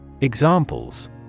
Examples